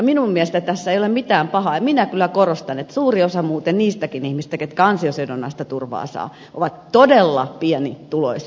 minun mielestä tässä ei ole mitään pahaa ja minä kyllä korostan että suuri osa muuten niistäkin ihmisistä jotka ansiosidonnaista turvaa saavat ovat todella pienituloisia